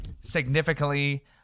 significantly